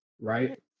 right